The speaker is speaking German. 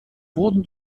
wurden